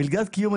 מלגת קיום,